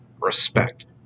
Respect